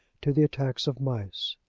to the attacks of mice.